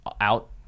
out